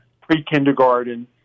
pre-kindergarten